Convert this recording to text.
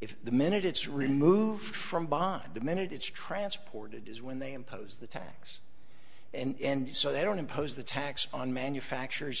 if the minute it's removed from bond the minute it's transported is when they impose the tax and so they don't impose the tax on manufacturers in